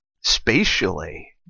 spatially